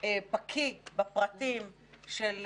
בקיא בפרטים של